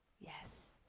Yes